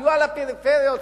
סיוע לפריפריות,